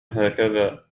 هكذا